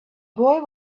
boy